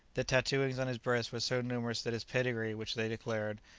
the tattooings on his breast were so numerous that his pedigree, which they declared,